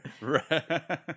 right